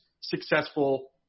successful